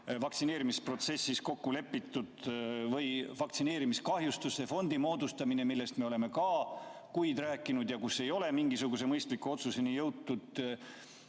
vaktsineerimisprotsessis kokku lepitud, või vaktsineerimiskahjustuste fondi moodustamine, millest me oleme ka kuid rääkinud ja kus ei ole mingisuguse mõistliku otsuseni jõutud. Jõudes